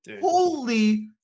holy